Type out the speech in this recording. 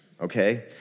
okay